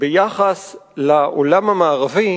ביחס לעולם המערבי